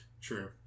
True